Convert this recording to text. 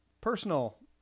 personal